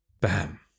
Bam